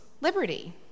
liberty